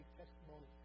testimony